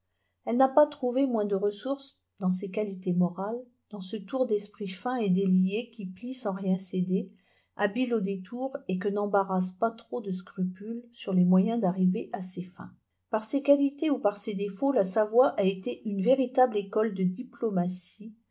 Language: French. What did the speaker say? elle n'a pas trouvé moins de ressources dans ses qualités morales dans ce tour d'esprit fin et délié qui plie sans rien céder habile aux détours et que n'embarrassent pas trop de scrupules sur les moyens d'arriver à ses fins par ses qualités ou par ses défauts la savoie a été une véritable école de diplomatie